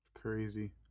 Crazy